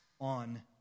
on